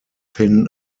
thin